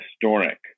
historic